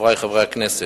חברי חברי הכנסת,